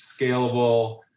scalable